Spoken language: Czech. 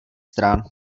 stran